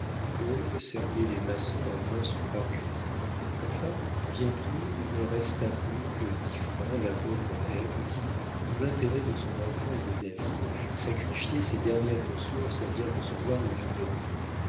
kolb servait les maçons à vingt sous par jour enfin bientôt il ne resta plus que dix francs à la pauvre ève qui dans l'intérêt de son enfant et de david sacrifiait ses dernières ressources à bien recevoir le